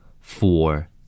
four